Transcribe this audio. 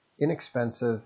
inexpensive